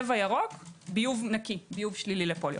ירוק - ביוב שלילי לפוליו.